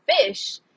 fish